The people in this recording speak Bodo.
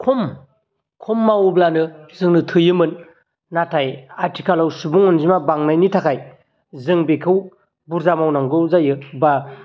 खम खम मावोब्लानो जोंनो थोयोमोन नाथाय आथिखालाव सुबुं अनजिमा बांनायनि थाखाय जों बिखौ बुरजा मावनांगौ जायो बा